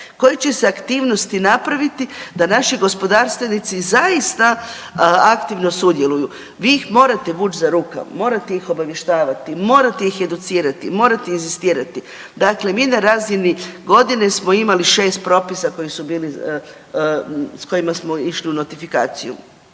Koji će se aktivnosti napraviti da naši gospodarstvenici zaista aktivno sudjeluju. Vi ih morate vući za ruke, morate ih obavještavati, morate ih educirati, morate inzistirati. Dakle, mi na razini godine smo imali 6 propisa koji su bili, s kojima smo išli u notifikaciju.